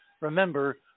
Remember